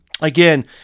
again